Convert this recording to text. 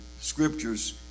scriptures